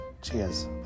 Cheers